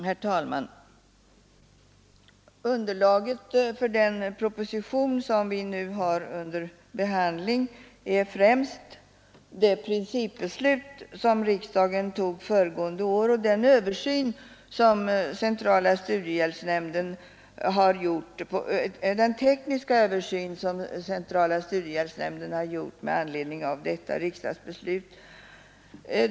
Herr talman! Underlaget för den proposition som vi nu har under behandling är främst det principbeslut riksdagen tog föregående år och den tekniska översyn som centrala studiehjälpsnämnden har gjort med anledning av detta riksdagsbeslut.